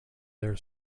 their